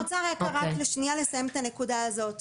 אני רוצה רק רגע לשנייה לסיים את הנקודה הזאת.